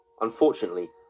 Unfortunately